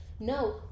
No